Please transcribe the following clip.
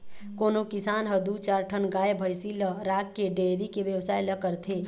कोनो किसान ह दू चार ठन गाय भइसी ल राखके डेयरी के बेवसाय ल करथे